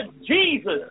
Jesus